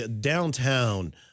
downtown